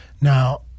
Now